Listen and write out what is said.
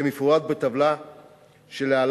כמפורט בטבלה שלהלן,